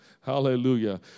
Hallelujah